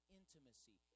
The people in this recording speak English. intimacy